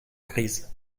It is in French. grise